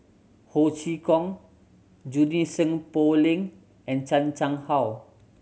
Ho Chee Kong Junie Sng Poh Leng and Chan Chang How